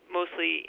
mostly